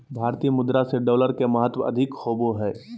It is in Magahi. भारतीय मुद्रा से डॉलर के महत्व अधिक होबो हइ